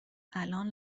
الان